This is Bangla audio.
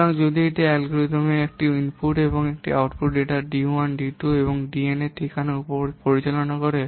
সুতরাং যদি একটি অ্যালগরিদম এটি ইনপুট এবং আউটপুট ডেটা d 1 d 2 এবং d n ঠিকানার উপর পরিচালনা করে